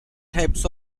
types